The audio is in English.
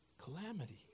calamity